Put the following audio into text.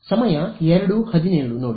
ಸಮಯ 0217 ನೋಡಿ